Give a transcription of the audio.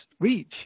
reach